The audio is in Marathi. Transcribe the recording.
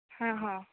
हां हां